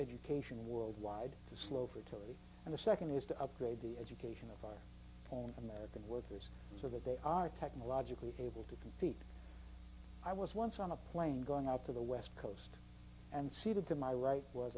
education worldwide to slow fertility and the nd is to upgrade the education of our own american workers so that they are technologically able to compete i was once on a plane going out to the west coast and seated to my right was